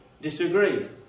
disagree